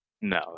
no